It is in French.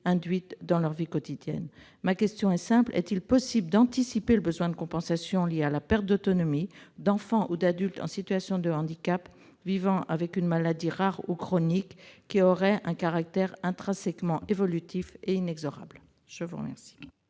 induites dans la vie quotidienne. Ma question est simple : est-il possible d'anticiper le besoin de compensation lié à la perte d'autonomie des enfants et des adultes en situation de handicap vivant avec une maladie rare ou chronique en raison du caractère intrinsèquement évolutif et inexorable ? La parole